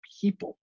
people